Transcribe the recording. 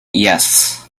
yes